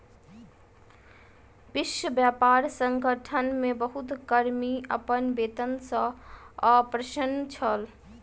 विश्व व्यापार संगठन मे बहुत कर्मी अपन वेतन सॅ अप्रसन्न छल